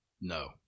No